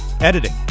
Editing